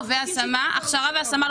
הכשרה והשמה.